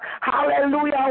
Hallelujah